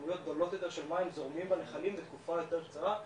כמויות גדולות יותר של מים זורמים בנחלים בתקופה יותר קצרה,